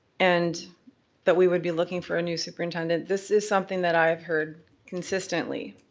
and that we would be looking for a new superintendent, this is something that i heard consistently.